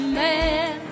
man